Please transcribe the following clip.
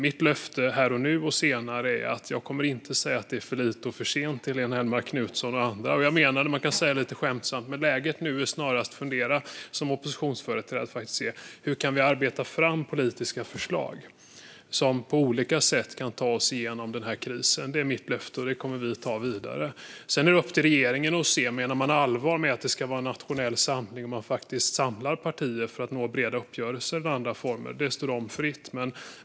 Mitt löfte här och nu och senare är att jag inte kommer att säga att det är för lite och för sent till Helene Hellmark Knutsson och andra. Jag menar det, men man kan säga det lite skämtsamt. Läget nu som oppositionsföreträdare är snarast att fundera: Hur kan vi arbeta fram politiska förslag som på olika sätt kan ta oss igenom den här krisen? Det är mitt löfte, och det kommer vi att ta vidare. Sedan är det upp till regeringen. Menar man allvar med att det ska vara en nationell samling där man samlar partier för att nå breda uppgörelser i andra former? Det står den fritt.